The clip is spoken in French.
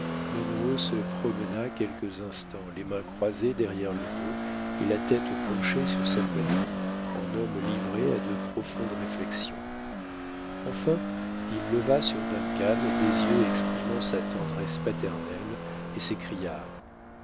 munro se promena quelques instants les mains croisées derrière le dos et la tête penchée sur sa poitrine en homme livré à de profondes réflexions enfin il leva sur duncan des yeux exprimant sa tendresse paternelle et s'écria